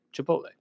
Chipotle